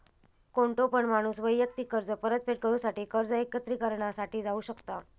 कोणतो पण माणूस वैयक्तिक कर्ज परतफेड करूसाठी कर्ज एकत्रिकरणा साठी जाऊ शकता